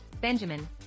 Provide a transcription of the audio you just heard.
Benjamin